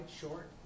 short